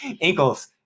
ankles